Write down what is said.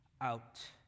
out